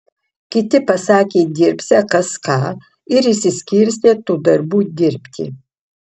kiti pasakė dirbsią kas ką ir išsiskirstė tų darbų dirbti